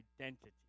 identity